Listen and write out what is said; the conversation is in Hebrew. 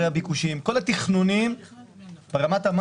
לפני כמה חודשים והבטחתם שאתם מקדמים הצעת חוק אחרת.